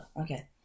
Okay